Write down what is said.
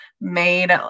made